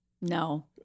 No